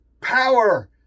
power